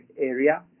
area